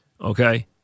Okay